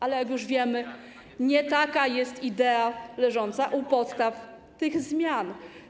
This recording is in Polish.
Ale jak już wiemy, nie taka jest idea leżąca u podstaw tych zmian.